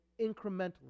incrementally